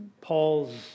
Paul's